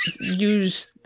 use